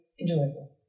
enjoyable